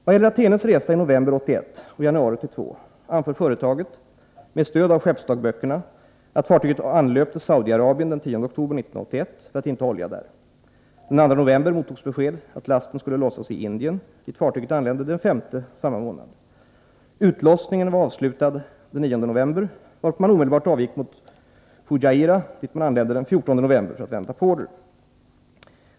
Vad gäller Athenes resa från november 1981 till januari 1982 anför företaget med stöd av skeppsdagböckerna, att fartyget anlöpte Saudiarabien den 10 oktober 1981 för att inta olja där. Den 2 november mottogs besked att lasten skulle lossas i Indien dit fartyget anlände den 5 samma månad. Utlossningen var avslutad den 9 november, varpå man omedelbart avgick mot Fujairah, dit man anlände den 14 november för att vänta på order.